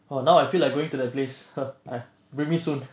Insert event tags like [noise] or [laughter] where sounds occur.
oh now I feel like going to the place [noise] bring me soon